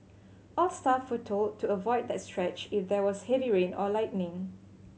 all staff were told to avoid that stretch if there was heavy rain or lightning